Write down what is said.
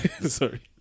Sorry